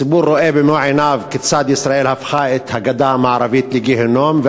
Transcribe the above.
הציבור רואה במו עיניו כיצד ישראל הפכה את הגדה המערבית לגיהינום,